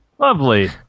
Lovely